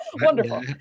Wonderful